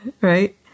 Right